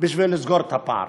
בשביל לסגור את הפער.